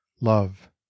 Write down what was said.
love